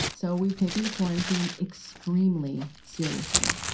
so we've taken the quarantine extremely seriously,